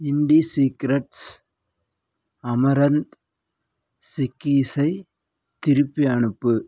IndiSecrets amaranth சிக்கீஸை திருப்பி அனுப்பு